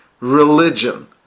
religion